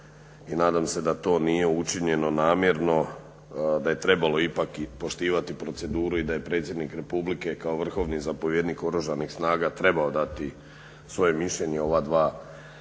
nadam se da to nije učinjeno namjerno, da je trebalo ipak poštivati proceduru i da je predsjednik Republike kao vrhovni zapovjednik Oružanih snaga trebao dati svoje mišljenje o ova dva prijedloga